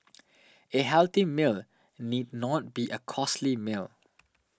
a healthy meal need not be a costly meal